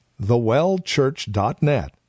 thewellchurch.net